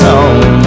on